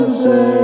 say